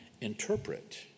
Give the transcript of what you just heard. interpret